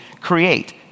create